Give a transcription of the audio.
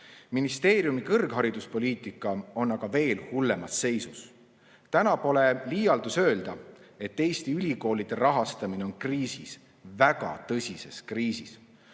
Ministeeriumi kõrghariduspoliitika on aga veel hullemas seisus. Pole liialdus öelda, et Eesti ülikoolide rahastamine on kriisis, väga tõsises kriisis.